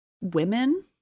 women